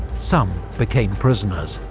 some became prisoners,